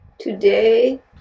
Today